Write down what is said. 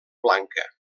blanca